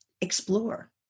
explore